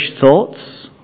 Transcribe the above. thoughts